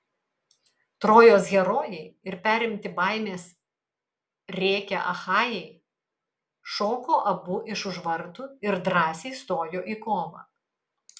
trojos herojai ir perimti baimės rėkia achajai šoko abu iš už vartų ir drąsiai stojo į kovą